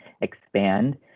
expand